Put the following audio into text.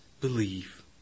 believe